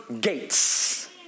gates